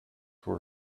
were